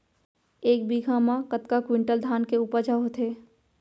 एक बीघा म कतका क्विंटल धान के उपज ह होथे?